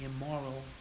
immoral